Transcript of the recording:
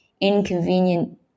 inconvenient